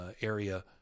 area